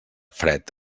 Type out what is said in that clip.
fred